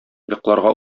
йокларга